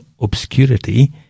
obscurity